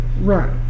Right